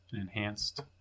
Enhanced